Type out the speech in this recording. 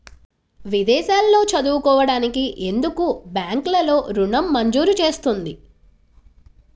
విదేశాల్లో చదువుకోవడానికి ఎందుకు బ్యాంక్లలో ఋణం మంజూరు చేస్తుంది?